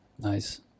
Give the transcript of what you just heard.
Nice